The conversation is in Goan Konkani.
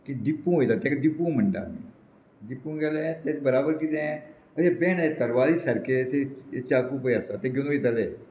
की दिपू वयता तेका दिपू म्हणटा आमी दिपू गेले तेच बराबर कितें अशें बेंड येता तर वाली सारके अशें चाकू बी आसता ते घेवन वयताले